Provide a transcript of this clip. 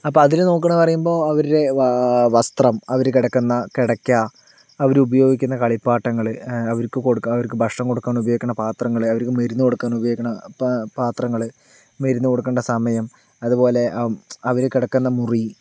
അപ്പോൾ അതില് നോക്കുകയാണെന്ന് പറയുമ്പോൾ അവരുടെ വസ്ത്രം അവര് കിടക്കുന്ന കിടക്ക അവരുപയോഗിക്കുന്ന കളിപ്പാട്ടങ്ങള് അവർക്ക് അവർക്ക് ഭക്ഷണം കൊടുക്കാനുപയോഗിക്കുന്ന പാത്രങ്ങള് അവർക്ക് മരുന്ന് കൊടുക്കാനുപയോഗിക്കുന്ന പാത്രങ്ങള് മരുന്ന് കൊടുക്കേണ്ട സമയം അതുപോലെ അവര് കിടക്കുന്ന മുറി